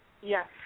Yes